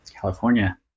California